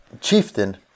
chieftain